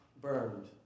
burned